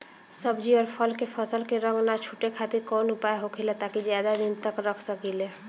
सब्जी और फल के फसल के रंग न छुटे खातिर काउन उपाय होखेला ताकि ज्यादा दिन तक रख सकिले?